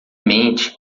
mente